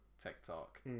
TikTok